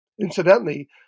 Incidentally